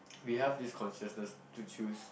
we have this consciousness to choose